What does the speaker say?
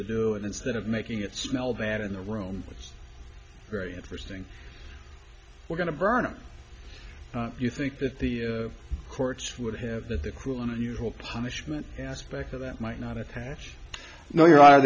to do and instead of making it smell bad in the room it's very interesting we're going to burn you think that the courts would have that the cruel and unusual punishment aspect of that might not attach no you are